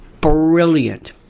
brilliant